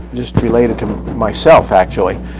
just related to myself, actually.